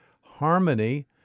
Harmony